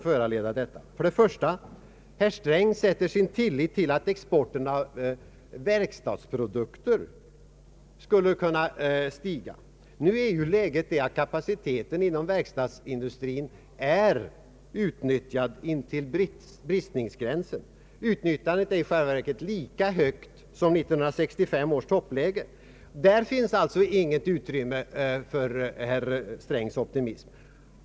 För det första sätter herr Sträng sin tillit till att exporten av verkstadsprodukter skulle kunna stiga. Läget är ju det att kapaciteten inom verkstadsindustrin är utnyttjad intill bristningsgränsen. Utnyttjandet är i själva verket lika stort som vid 1965 års toppläge. Där finns alltså inget utrymme för herr Strängs optimism.